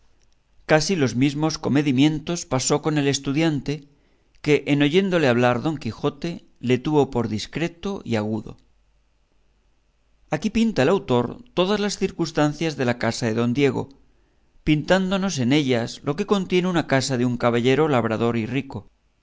casi los mismos comedimientos pasó con el estudiante que en oyéndole hablar don quijote le tuvo por discreto y agudo aquí pinta el autor todas las circunstancias de la casa de don diego pintándonos en ellas lo que contiene una casa de un caballero labrador y rico